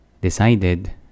decided